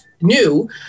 new